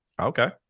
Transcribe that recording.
Okay